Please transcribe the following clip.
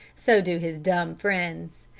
so do his dumb friends.